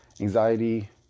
anxiety